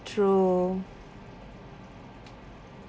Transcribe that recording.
true